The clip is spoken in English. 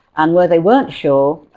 and where they weren't sure,